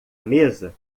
mesa